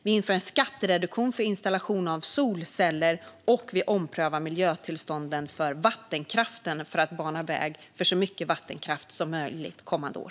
Vi inför en skattereduktion för installation av solceller, och vi omprövar miljötillstånden för vattenkraften för att bana väg för så mycket vattenkraft som möjligt kommande år.